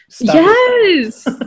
Yes